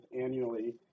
annually